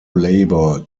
labor